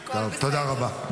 -- זה לא יעזור.